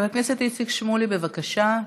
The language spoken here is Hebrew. חבר הכנסת איציק שמולי, בבקשה.